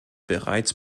bereits